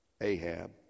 Ahab